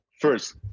first